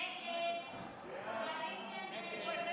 ההצעה שלא לכלול את הנושא